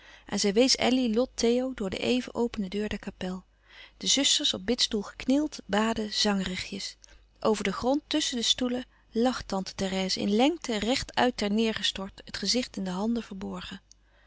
en zij wees elly lot theo door de even opene deur der kapel de zusters op bidstoel geknield baden zangerigjes over den grond tusschen de stoelen lag tante therèse in lengte recht-uit ter neêr gestort het gezicht in de handen verborgen